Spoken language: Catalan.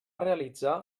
realitzar